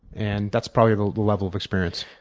and that's probably the level of experience.